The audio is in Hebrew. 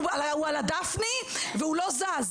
"הוא על הדפני והוא לא זז",